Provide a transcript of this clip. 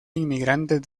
inmigrantes